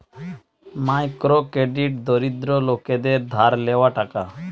micro credit দরিদ্র লোকদের ধার লেওয়া টাকা